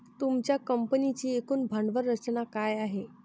तुमच्या कंपनीची एकूण भांडवल रचना काय आहे?